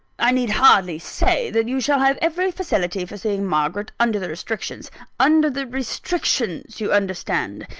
i need hardly say that you shall have every facility for seeing margaret, under the restrictions under the restrictions you understand.